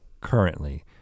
currently